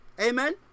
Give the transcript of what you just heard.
Amen